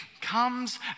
comes